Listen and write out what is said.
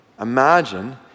Imagine